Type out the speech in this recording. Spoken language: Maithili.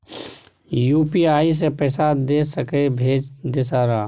यु.पी.आई से पैसा दे सके भेज दे सारा?